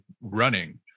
running